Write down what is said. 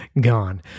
gone